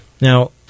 Now